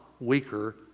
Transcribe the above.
weaker